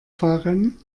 fahren